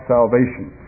Salvation